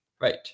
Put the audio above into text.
right